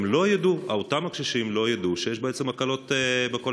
אותם קשישים לא ידעו בעצם שיש הקלות בכל